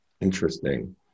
Interesting